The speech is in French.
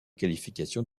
qualifications